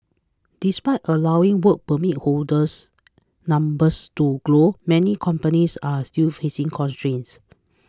despite allowing Work Permit holders numbers to grow many companies are still facing constraints